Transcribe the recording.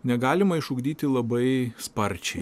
negalima išugdyti labai sparčiai